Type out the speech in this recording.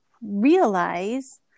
realize